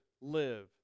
live